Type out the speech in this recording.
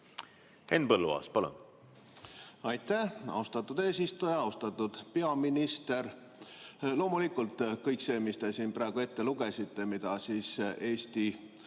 Henn Põlluaas, palun! Aitäh, austatud eesistuja! Austatud peaminister! Loomulikult kõik see, mis te siin praegu ette lugesite, mida Eesti